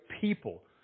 people